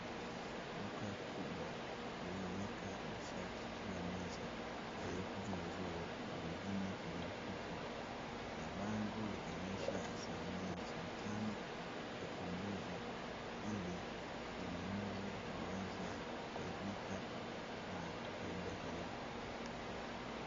Duka kubwa lililowekwa mashati juu ya meza kwa ajili ya kuuzwa, yapo yaliyokunjwa vizuri na mengine kwenye mfuko na bango lilionesha asilimia hamsini na tano ili wateja waweze kununua.